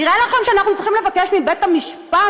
נראה לכם שאנחנו צריכים לבקש מבית המשפט